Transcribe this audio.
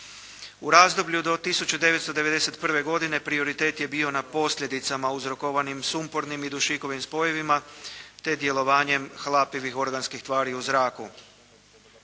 U razdoblju do 1991. godine prioritet je bio na posljedicama uzrokovanim sumpornim i dušikovim spojevima, te djelovanjem hlapljivih organskih tvari u zraku.